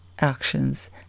actions